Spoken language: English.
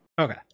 okay